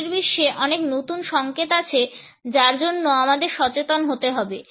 আজকের বিশ্বে অনেক নতুন সংকেত আছে যার জন্য আমাদের সচেতন হতে হবে